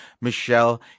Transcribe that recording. Michelle